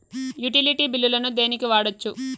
Utility బిల్లులను దేనికి వాడొచ్చు?